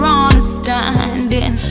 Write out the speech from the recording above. understanding